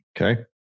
Okay